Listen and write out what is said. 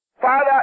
Father